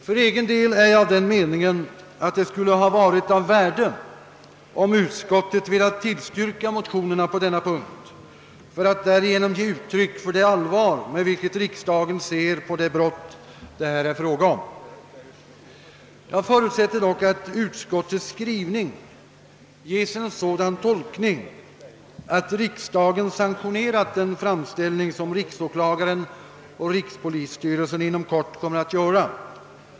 För egen del har jag den meningen att det skulle ha varit av värde om utskottet velat tillstyrka motionerna på denna punkt för att därigenom ge uttryck för det allvar med vilken riksdagen ser på de brott det här är fråga om. Jag förutsätter dock' att utskottets skrivning ges en sådan tolkning, att riksdagen sanktionerat den framställning som riksåklagaren och rikspolisstyrelsen inom kort kommer att göra.